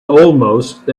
almost